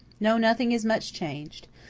no, nothing is much changed.